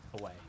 away